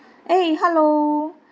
eh hello